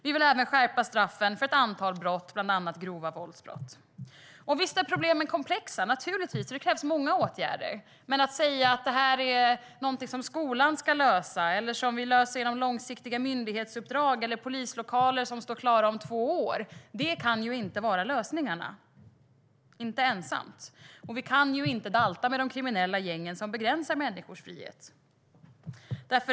Vi vill även skärpa straffen för ett antal brott, bland annat grova våldsbrott. Visst är problemen komplexa. Det krävs många åtgärder. Men att det här är någonting som skolan ska lösa eller något som vi löser genom långsiktiga myndighetsuppdrag eller polislokaler som står klara om två år kan inte vara det enda svaret. Vi kan inte dalta med de kriminella gängen som begränsar människors frihet.